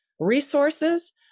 resources